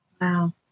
wow